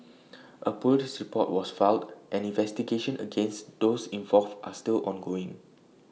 A Police report was filed and investigations against those involved are still ongoing